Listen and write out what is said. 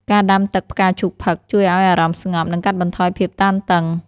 ការដាំទឹកផ្កាឈូកផឹក ជួយឱ្យអារម្មណ៍ស្ងប់ និងកាត់បន្ថយភាពតានតឹង។